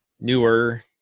newer